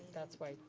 that's why,